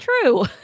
true